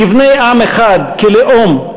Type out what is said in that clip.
כבני עם אחד, כלאום.